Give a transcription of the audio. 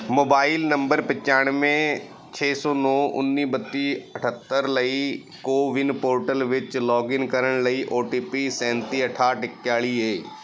mobile number ਪਚਾਨਵੇਂ ਛੇ ਸੌ ਨੌਂ ਉੱਨੀ ਬੱਤੀ ਅਠੱਤਰ ਲਈ ਕੋਵਿਨ ਪੋਰਟਲ ਵਿੱਚ ਲੌਗਇਨ ਕਰਨ ਲਈ ਓ ਟੀ ਪੀ ਸੈਂਤੀ ਅਠਾਹਠ ਇਕਤਾਲੀ ਹੈ